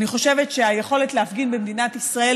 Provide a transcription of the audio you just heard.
אני חושבת שהיכולת להפגין במדינת ישראל,